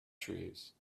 trees